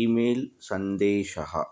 email सन्देशः